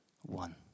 one